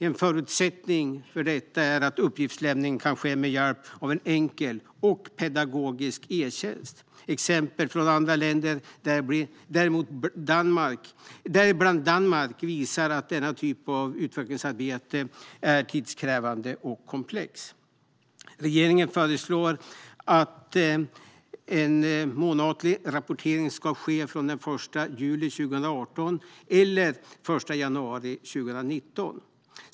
En förutsättning för detta är att uppgiftsinlämning kan ske med hjälp av en enkel och pedagogisk e-tjänst. Exempel från andra länder, däribland Danmark, visar att detta slags utvecklingsarbete är tidskrävande och komplext. Regeringen föreslår att månatlig rapportering ska ske från den 1 juli 2018 eller den 1 januari 2019.